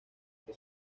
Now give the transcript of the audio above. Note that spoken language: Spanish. que